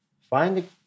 find